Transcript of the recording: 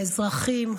האזרחים,